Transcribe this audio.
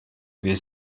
will